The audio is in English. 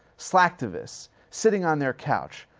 slacktivists sitting on their couch,